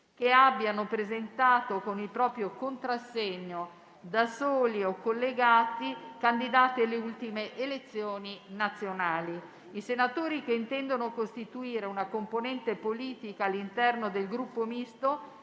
che abbiano presentato con il proprio contrassegno, da soli o collegati, candidati alle ultime elezioni nazionali. I senatori che intendono costituire una componente politica all'interno del Gruppo Misto